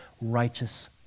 righteous